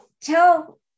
tell